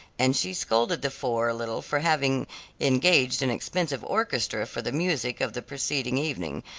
and she scolded the four a little for having engaged an expensive orchestra for the music of the preceding evening,